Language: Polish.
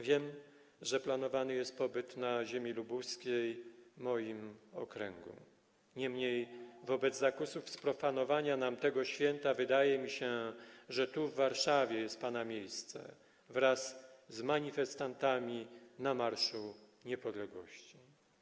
Wiem, że planowany jest pobyt na ziemi lubuskiej w moim okręgu, niemniej wobec zakusów sprofanowania nam tego święta wydaje mi się, że tu w Warszawie jest pana miejsce wraz z manifestantami na Marszu Niepodległości.